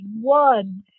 one